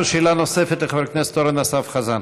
שאלה נוספת לחבר הכנסת אורן אסף חזן.